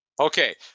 okay